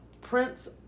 Prince